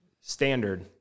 standard